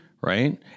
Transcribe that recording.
right